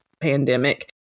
pandemic